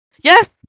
Yes